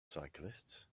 cyclists